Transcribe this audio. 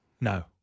No